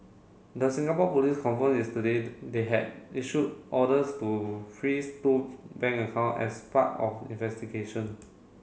the Singapore police confirmed yesterday they had issued orders to freeze two bank account as part of investigation